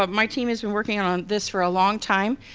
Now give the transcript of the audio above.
um my team has been working on this for a long time.